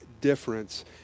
difference